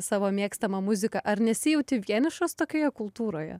savo mėgstama muzika ar nesijauti vienišas tokioje kultūroje